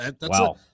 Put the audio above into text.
Wow